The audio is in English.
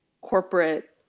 corporate